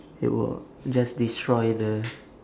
it will just destroy the